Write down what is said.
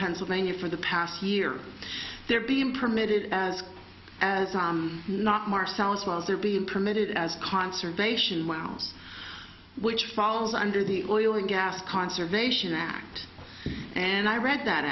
pennsylvania for the past year they're being permitted as not marcellus wells are being permitted as conservation wells which falls under the oil and gas conservation act and i read that